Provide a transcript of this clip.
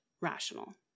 rational